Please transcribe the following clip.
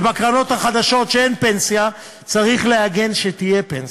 ובקרנות החדשות שאין פנסיה צריך להגן שתהיה פנסיה.